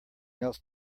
else